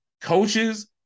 coaches